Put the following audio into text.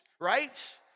right